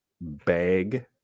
Bag